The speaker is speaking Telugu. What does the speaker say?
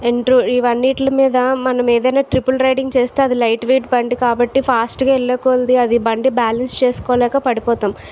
ఇంట్రుడర్ ఇవన్నీటిలో మీద మనం ఏదైనా ట్రిపుల్ రైడింగ్ చేస్తే అది లైట్ వెయిట్ బండి కాబట్టి ఫాస్ట్గా వెళ్ళేకొలది అది బండి బ్యాలెన్స్ చేసుకోలేక పడిపోతాం